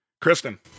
Kristen